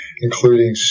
including